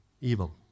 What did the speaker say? evil